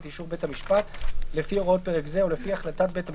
אישור בית המשפט לפי הוראות פרק זה או לפי החלטת בית המשפט,